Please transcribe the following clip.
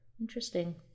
Interesting